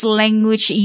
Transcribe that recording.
language